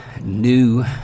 new